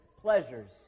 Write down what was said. pleasures